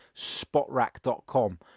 spotrack.com